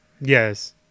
Yes